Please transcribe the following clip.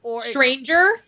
Stranger